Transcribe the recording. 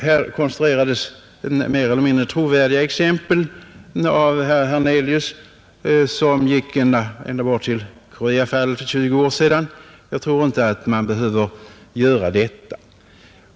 Här konstruerades mer eller mindre trovärdiga exempel av herr Hernelius, som gick ända bort till Koreafallet för 20 år sedan. Jag tror inte att man behöver göra detta.